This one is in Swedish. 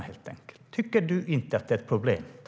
Tycker du inte att det är ett problem?